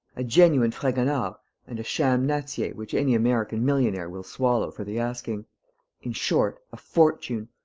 a genuine fragonard and a sham nattier which any american millionaire will swallow for the asking in short, a fortune.